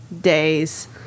days